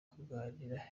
kuganira